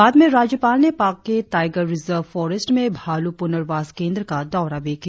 बाद में राज्यपाल ने पाके टाईगर रिजर्व फॉरेस्ट में भालू पुनर्वास केंद्र का दौरा भी किया